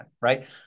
Right